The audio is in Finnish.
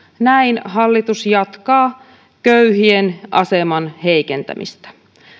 näin hallitus jatkaa köyhien aseman heikentämistä